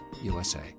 USA